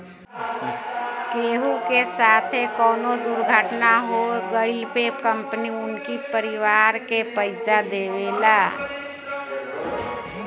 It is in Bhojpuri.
केहू के साथे कवनो दुर्घटना हो गइला पे कंपनी उनकरी परिवार के पईसा देवेला